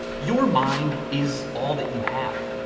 your mind is all that you have,